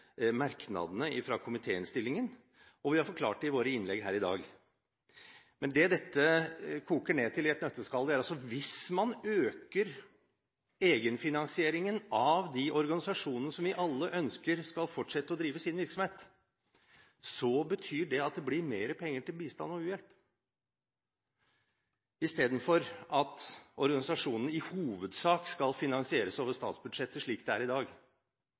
merknadene i komiteinnstillingen, og vi har forklart det i våre innlegg her i dag. Men det dette koker ned til i et nøtteskall, er at hvis man øker egenfinansieringen av de organisasjonene, som vi alle ønsker skal fortsette å drive sin virksomhet, blir det mer penger til bistand og u-hjelp – istedenfor at organisasjonene i hovedsak skal finansieres over statsbudsjettet slik det er i dag.